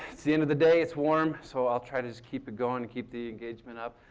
it's the end of the day. it's warm so i'll try to just keep it going, keep the engagement up.